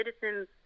citizens